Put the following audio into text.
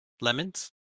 Lemons